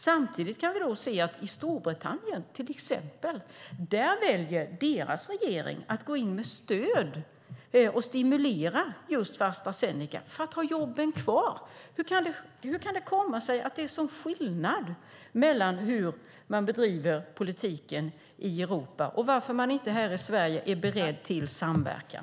Samtidigt kan vi se att till exempel Storbritanniens regering väljer att gå in med stöd och stimulera just för Astra Zeneca för att ha jobben kvar. Hur kan det komma sig att det är en sådan skillnad mellan hur man bedriver politiken i Europa, och varför är man inte här i Sverige beredd till samverkan?